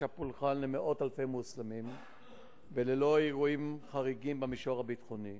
הפולחן למאות אלפי מוסלמים וללא אירועים חריגים במישור הביטחוני.